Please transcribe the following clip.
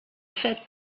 fait